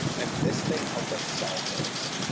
and this thing helped us solve those.